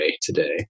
today